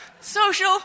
Social